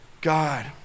God